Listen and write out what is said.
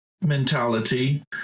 mentality